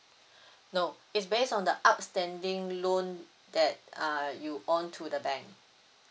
no is based on the outstanding loan that uh you own to the bank